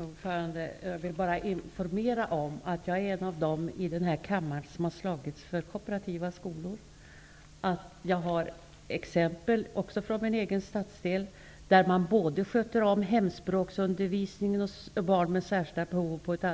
Herr talman! Jag vill bara informera om att jag är en av dem i den här kammaren som har slagits för kooperativa skolor och att jag har exempel, också från min egen stadsdel, på att man sköter om hemspråksundervisningen och barn med särskilda behov på ett